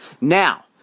Now